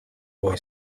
boy